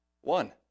one